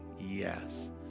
yes